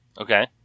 Okay